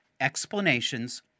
Explanations